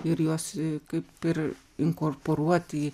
ir juos kaip ir inkorporuoti į